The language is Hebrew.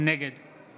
נגד